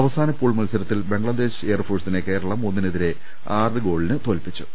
അവസാന പൂൾ മത്സരത്തിൽ ബംഗ്ലാദേശ് എയർ ഫോഴ്സിനെ കേരളം ഒന്നിനെതിരെ ആറ് ഗോളിന് തോൽപ്പിച്ചിരുന്നു